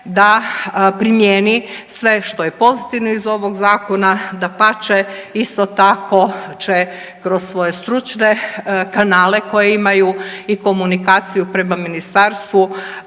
da primijeni sve što je pozitivno iz ovog zakona. Dapače, isto tako će kroz svoje stručne kanale koje imaju i komunikaciju prema ministarstvu